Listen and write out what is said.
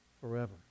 forever